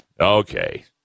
Okay